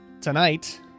Tonight